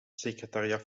secretariat